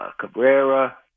Cabrera